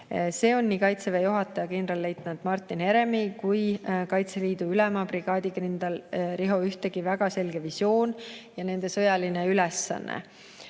See on nii Kaitseväe juhataja kindralleitnant Martin Heremi kui ka Kaitseliidu ülema brigaadikindral Riho Ühtegi väga selge visioon ja nende sõjaline nõuanne.